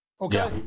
okay